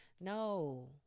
no